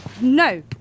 no